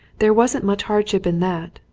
there wasn't much hardship in that,